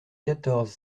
quatorze